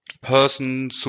person